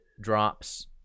drops